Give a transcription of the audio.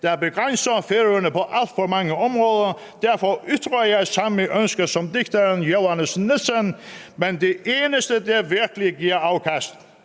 der begrænser Færøerne på alt for mange områder, og derfor ytrer jeg samme ønske som digteren Jóanes Nielsen: Men det eneste, der virkelig giver afkast